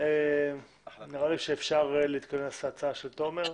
נראה לי שאפשר להתכנס להצעה של תומר.